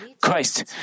Christ